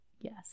yes